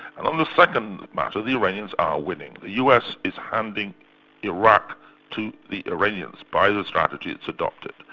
and on the second matter the iranians are winning. the us is handing iraq to the iranians by the strategy it's adopting.